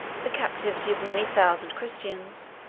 the captivity of many thousand christians,